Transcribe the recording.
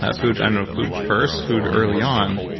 ah food and food first, food early on,